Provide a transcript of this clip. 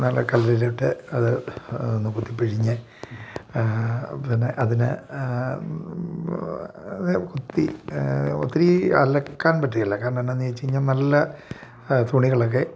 നല്ല കല്ലിൽ ഇട്ട് അത് ഒന്ന് കുത്തിപ്പിഴിഞ്ഞു പിന്നെ അതിനെ അത് കുത്തി ഒത്തിരി അലക്കാൻ പറ്റുകയില്ല കാരണമെന്നാണേന്ന് ചോദിച്ചു കഴിഞ്ഞാൽ നല്ല തുണികളൊക്കെ